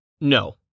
No